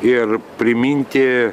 ir priminti